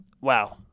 Wow